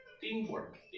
teamwork